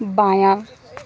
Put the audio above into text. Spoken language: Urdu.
بایاں